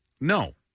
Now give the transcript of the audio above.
No